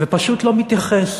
ופשוט לא מתייחס.